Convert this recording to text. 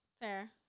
Fair